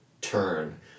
turn